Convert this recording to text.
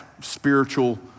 spiritual